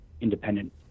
independent